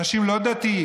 אנשים לא דתיים,